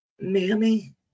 Mammy